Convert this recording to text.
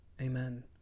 Amen